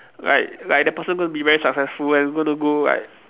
like like the person going to be very successful and able to go like